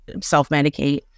self-medicate